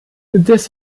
des